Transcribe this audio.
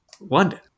London